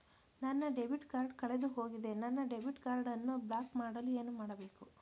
ನನ್ನ debit card ಕಳೆದುಹೋಗಿದೆ ನನ್ನ ಡೆಬಿಟ್ ಕಾರ್ಡ್ ಅನ್ನು ಬ್ಲಾಕ್ ಮಾಡಲು ಏನು ಮಾಡಬೇಕು?